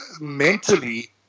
Mentally